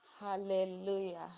hallelujah